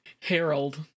Harold